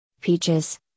Peaches